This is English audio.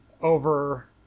over